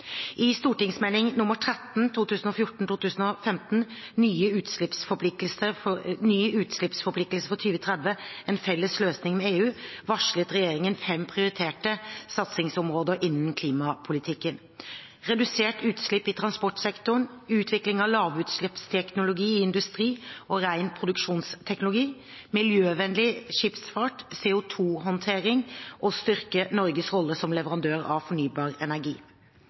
I Meld. St. 13 for 2014–2015, Ny utslippsforpliktelse for 2030 – en felles løsning med EU, varslet regjeringen fem prioriterte satsingsområder innen klimapolitikken: reduserte utslipp i transportsektoren utvikling av lavutslippsteknologi i industrien og ren produksjonsteknologi miljøvennlig skipsfart CO2-håndtering styrke Norges rolle som leverandør av fornybar energi